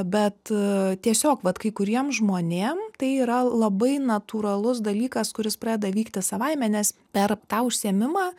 bet tiesiog vat kai kuriem žmonėm tai yra labai natūralus dalykas kuris pradeda vykti savaime nes per tą užsiėmimą